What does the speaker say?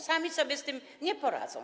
Same sobie z tym nie poradzą.